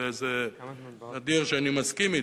וזה נדיר שאני מסכים אתו: